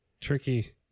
Tricky